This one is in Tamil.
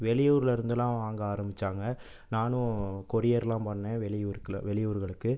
வெளியூரில் இருந்தெலாம் வாங்க ஆரம்பித்தாங்க நானும் கொரியர்லாம் பண்ணேன் வெளியூர் வெளியூர்களுக்கு